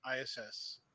ISS